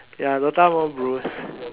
ya dota more bros